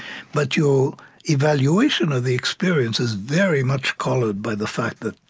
but your evaluation of the experience is very much colored by the fact that,